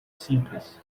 simples